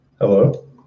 Hello